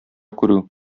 күрү